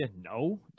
No